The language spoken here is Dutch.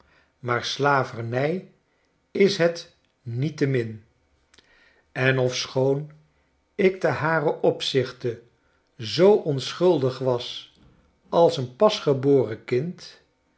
maar slaverny is het niettemin en ofschoon ik te haren opzichte zoo onschuldig was als een pasgeboren kind